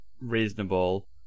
reasonable